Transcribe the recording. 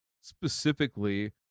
specifically